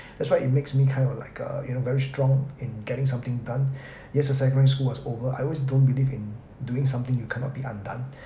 that's why it makes me kind of like uh you know very strong in getting something done years of secondary school was over I always don't believe in doing something you cannot be undone